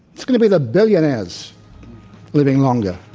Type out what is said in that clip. it's going to be the billionaires living longer.